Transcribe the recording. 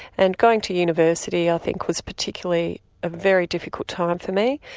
and going to university i think was particularly ah very difficult time for me.